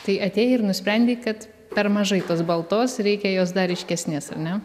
tai atėjai ir nusprendei kad per mažai tos baltos reikia jos dar ryškesnės ar ne